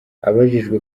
abajijwe